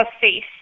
face